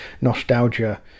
nostalgia